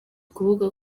kuvuga